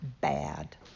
bad